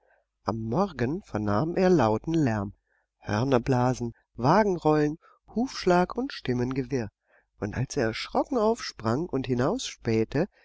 am morgen vernahm er lauten lärm hörnerblasen wagenrollen hufschlag und stimmengewirr und als er erschrocken aufsprang und